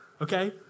Okay